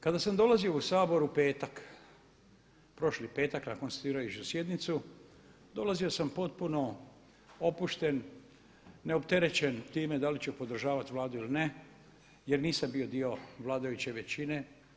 Kada sam dolazio u Saboru u petak, prošli petak na konstituirajuću sjednicu dolazio sam potpuno opušten, neopterećen time da li ću podržavati Vladu ili ne jer nisam bio dio vladajuće većine.